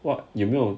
!wah! 有没有